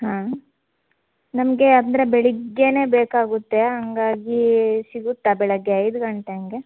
ಹಾಂ ನಮಗೆ ಅಂದರೆ ಬೆಳಿಗ್ಗೆನೆ ಬೇಕಾಗುತ್ತೆ ಹಾಗಾಗಿ ಸಿಗುತ್ತಾ ಬೆಳಗ್ಗೆ ಐದು ಗಂಟೆ ಹಾಗೆ